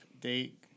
date